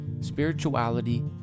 spirituality